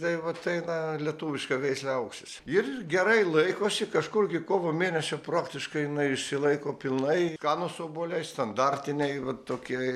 tai vat eina lietuviška veislė auksis ir gerai laikosi kažkur iki kovo mėnesio praktiškai jinai išsilaiko pilnai skanūs obuoliai standartiniai vat tokie